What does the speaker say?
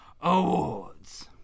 awards